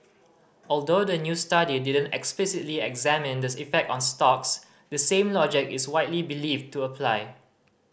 although the new study didn't explicitly examine in the effect on stocks the same logic is widely believed to apply